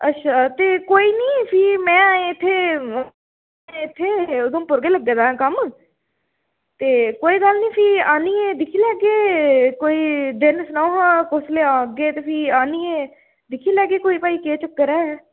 अच्छा ते कोई निं फ्ही में अजें इत्थै में अजें इत्थै अजें उधमपुर गै लग्गे दा कम्म ते कोई गल्ल निं फ्ही आह्नियै दिक्खी लैह्गे कोई दिन सनाओ हां कुसलै औह्गे ते फ्ही आह्नियै दिक्खी लैह्गे कोई भाई केह् चक्कर ऐ